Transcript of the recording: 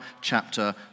chapter